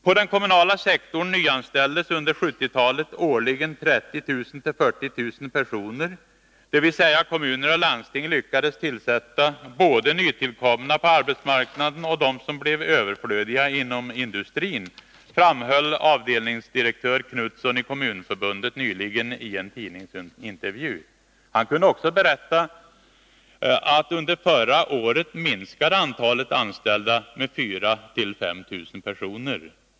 ”På den kommunala sektorn nyanställdes under 1970-talet årligen 30 000-40 000 personer, dvs. kommuner och landsting lyckades tillsätta både nytillkomna på arbetsmarknaden och de som blev överflödiga inom industrin”, framhöll avdelningsdirektör Knutsson i Kommunförbundet nyligen i en tidningsintervju. Han kunde också berätta att under förra året minskade antalet anställda med 4 000-5 000 personer.